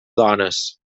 dones